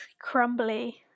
crumbly